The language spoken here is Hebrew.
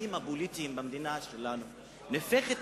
החיים הפוליטיים במדינה שלנו נהפכים